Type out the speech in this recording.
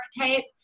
archetype